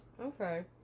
Okay